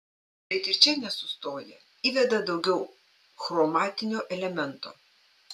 bet ir čia nesustoja įveda daugiau chromatinio elemento